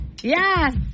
Yes